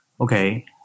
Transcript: Okay